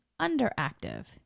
underactive